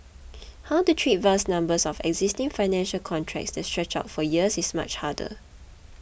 how to treat vast numbers of existing financial contracts that stretch out for years is much harder